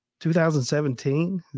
2017